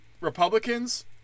Republicans